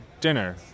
dinner